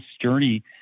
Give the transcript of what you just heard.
journey